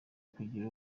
kugira